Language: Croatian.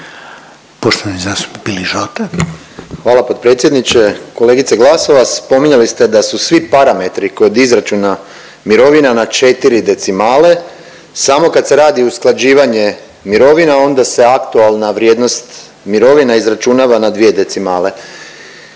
Boris (SDP)** Hvala potpredsjedniče. Kolegice Glasovac, spominjali ste da su svi parametri kod izračuna mirovina na 4 decimale, samo kad se radi usklađivanje mirovina onda se aktualna vrijednost mirovina izračunava na dvije decimale.